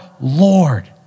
Lord